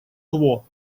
кво